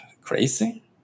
crazy